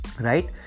right